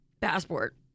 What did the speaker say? passport